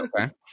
okay